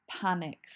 panic